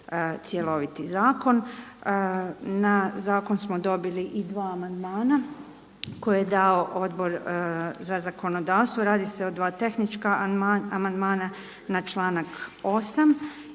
cjeloviti zakon. Na zakon smo dobili i dva amandmana koje je dao Odbor za zakonodavstvo. Radi se o dva tehnička amandmana na članak 8.